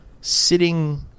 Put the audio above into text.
sitting